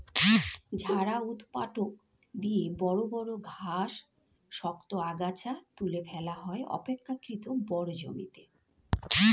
ঝাড়াই ঊৎপাটক দিয়ে বড় বড় ঘাস, শক্ত আগাছা তুলে ফেলা হয় অপেক্ষকৃত বড় জমিতে